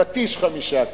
פטיש חמישה קילו.